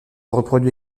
reproduit